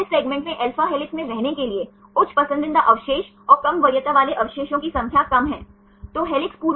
तो इन डायहेड्रल कोण के निर्माण के लिए कितने परमाणुओं की आवश्यकता होती है या तो phi या psi